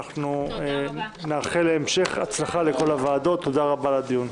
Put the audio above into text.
עם נגיף הקורונה החדש (הוראת שעה),